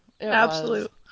Absolute